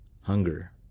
hunger